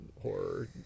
horror